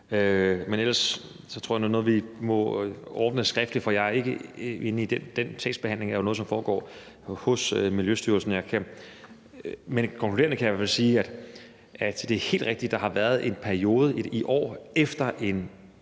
Men ellers tror jeg, at det er noget, vi må ordne skriftligt, for jeg er ikke inde i den sagsbehandling, som jo er noget, der foregår hos Miljøstyrelsen. Men konkluderende kan jeg i hvert fald sige, at det er helt rigtigt, at der har været en periode i år efter en